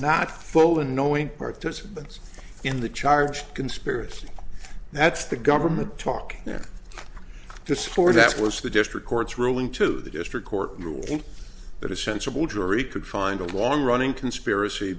not folding knowing participants in the charge conspiracy that's the government talk now just for that was the district court's ruling to the district court ruling that a sensible jury could find a long running conspiracy